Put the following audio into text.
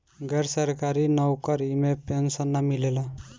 गैर सरकारी नउकरी में पेंशन ना मिलेला